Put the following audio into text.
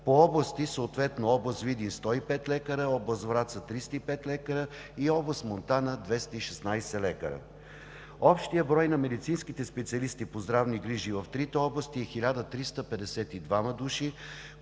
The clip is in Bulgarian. По области, съответно: област Видин – 105 лекаря, област Враца – 305 лекаря и област Монтана – 216 лекаря. Общият брой на медицинските специалисти по здравни грижи в трите области е 1352 души,